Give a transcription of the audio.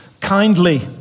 kindly